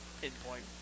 pinpoint